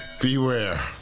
Beware